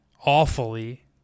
awfully